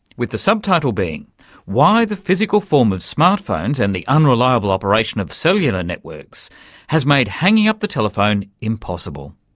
with the subtitle being why the physical form of smartphones and the unreliable operation of cellular networks has made hanging up the telephone impossible.